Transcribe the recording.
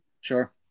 Sure